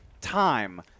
time